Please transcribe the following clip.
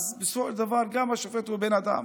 בסופו של דבר גם שופט הוא בן אדם